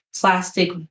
plastic